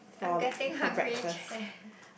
I'm getting hungry Jen